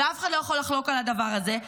ואף אחד לא יכול לחלוק על הדבר הזה,